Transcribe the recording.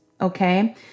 Okay